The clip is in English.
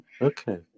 Okay